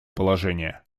положение